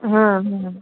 હમ્મ હમ્મ